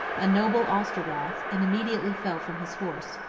a noble ostrogoth, and immediately fell from his horse.